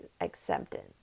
acceptance